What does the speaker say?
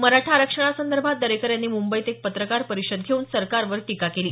मराठा आरक्षणासंदर्भात दरेकर यांनी मुंबईत एक पत्रकार परिषद घेऊन सरकारवर टीका केली